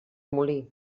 molí